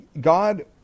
God